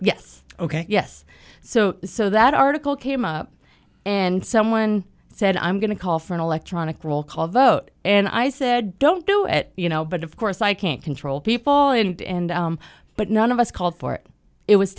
yes ok yes so so that article came up and someone said i'm going to call for an electronic roll call vote and i said don't do it you know but of course i can't control people and but none of us called for it it was